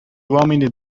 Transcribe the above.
uomini